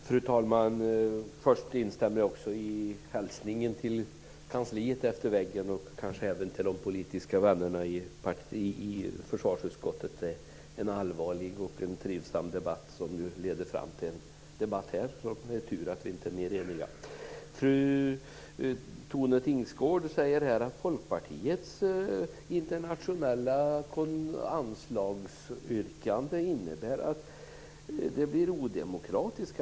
Fru talman! Först instämmer jag också i hälsningen till kansliet efter väggen och även till de politiska vännerna i försvarsutskottet. Det är en allvarlig och trivsam debatt som leder fram till en debatt här. Det är tur att vi inte är mer eniga. Tone Tingsgård säger här att Folkpartiets internationella anslagsyrkande innebär att det blir odemokratiskt.